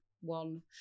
one